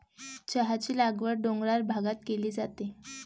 चहाची लागवड डोंगराळ भागात केली जाते